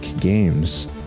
Games